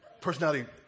personality